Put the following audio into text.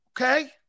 okay